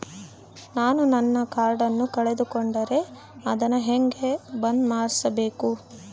ನಾನು ನನ್ನ ಕಾರ್ಡನ್ನ ಕಳೆದುಕೊಂಡರೆ ಅದನ್ನ ಹೆಂಗ ಬಂದ್ ಮಾಡಿಸಬೇಕು?